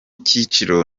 cyiciro